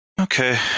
Okay